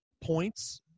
points